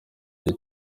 gihe